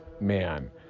man